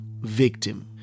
victim